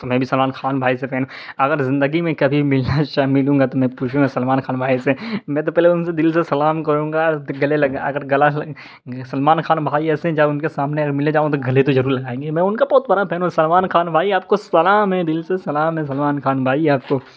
تو میں بھی سلمان خان بھائی سے فین اگر زندگی میں کبھی ملنا ملوں گا تو میں پوچھوں گا سلمان خان بھائی سے میں تو پہلے ان سے دل سے سلام کروں گا اور گلے لگ اگر گلا سلمان خان بھائی ایسے ہیں جب ان کے سامنے اگر ملنے جاؤں گا تو گلے تو ضرور لگائیں گے میں ان کا بہت برا پھین ہوں سلمان خان بھائی آپ کو سلام ہے دل سے سلام ہے سلمان خان بھائی آپ کو